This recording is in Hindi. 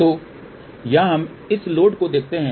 तो यहाँ हम इस लोड को देखते हैं